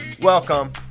Welcome